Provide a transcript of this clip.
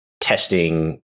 testing